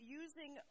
using